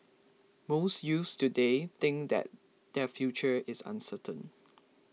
most youths today think that their future is uncertain